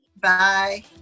bye